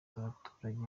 abaturage